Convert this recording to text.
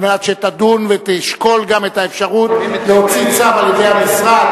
שתדון ותשקול גם את האפשרות להוציא צו על-ידי השר